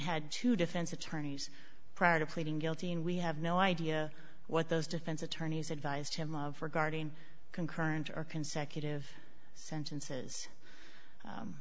had two defense attorneys prior to pleading guilty and we have no idea what those defense attorneys advised him of regarding concurrent or consecutive sentences